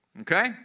Okay